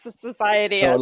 society